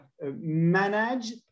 manage